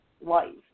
life